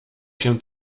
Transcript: się